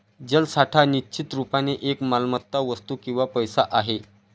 जलसाठा निश्चित रुपाने एक मालमत्ता, वस्तू किंवा पैसा आहे